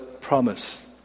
promise